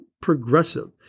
progressive